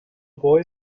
boy